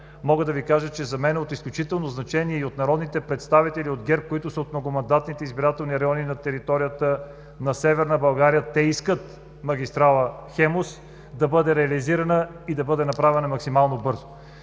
мога да Ви кажа, че за мен е от изключително значение и от народните представители от ГЕРБ, които са от многомандатните избирателни райони на територията на Северна България – те искат магистрала „Хемус“ да бъде реализирана и да бъде направена максимално бързо,